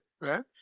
right